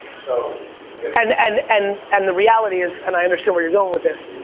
so and and and and, the reality is, and i understand where you're going with this,